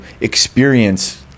experience